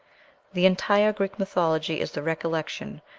the entire greek mythology is the recollection,